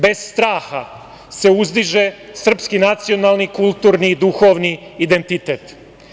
Bez straha se uzdiže srpski nacionalni, kulturni i duhovni identitet.